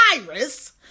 virus